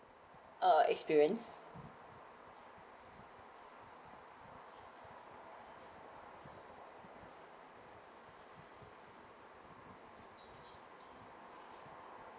uh expires